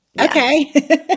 Okay